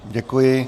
Děkuji.